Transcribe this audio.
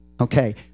okay